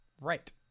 Right